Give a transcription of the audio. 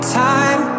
time